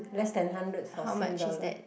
less than hundred for sing dollar